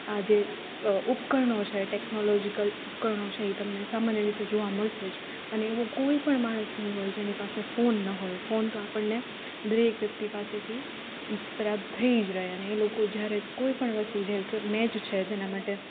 આ જે ઉપકરણો છે ટેક્નોલોજિકલ ઉપકરણો છે એ તમને સામાન્ય રીતે જોવા મળશે જ અને એવું કોઈ પણ માણસ નહીં હોય જેની પાસે ફોન ન હોય ફોન તો આપણને દરેક વ્યક્તિ પાસેથી પ્રાપ્ત થઈ જ રહે અને એ લોકો જ્યારે કોઈપણ વસ્તુ જેમકે મેચ છે જેના માટે